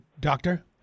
doctor